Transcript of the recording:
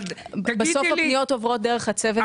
אבל תגידי --- בסוף הפניות עוברות דרך הצוות שלי.